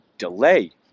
delay